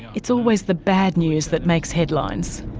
it's always the bad news that makes headlines.